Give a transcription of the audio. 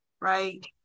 right